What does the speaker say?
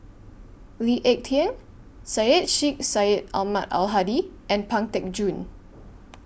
Lee Ek Tieng Syed Sheikh Syed Ahmad Al Hadi and Pang Teck Joon